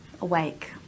awake